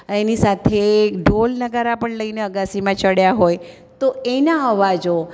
એની સાથે ઢોલ નગારા પણ લઈને અગાશીમાં ચઢ્યા હોય તો એના અવાજો